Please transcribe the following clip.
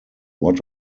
what